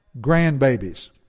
Grandbabies